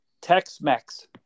Tex-Mex